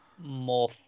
more